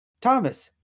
Thomas